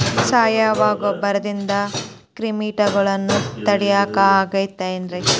ಸಾವಯವ ಗೊಬ್ಬರದಿಂದ ಕ್ರಿಮಿಕೇಟಗೊಳ್ನ ತಡಿಯಾಕ ಆಕ್ಕೆತಿ ರೇ?